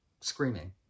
screaming